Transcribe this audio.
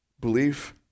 Belief